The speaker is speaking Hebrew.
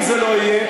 אם זה לא יהיה,